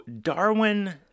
Darwin